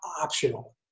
optional